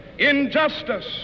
Injustice